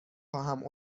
خواهم